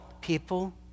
people